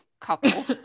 couple